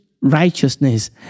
righteousness